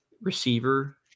receiver